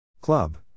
Club